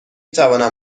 توانم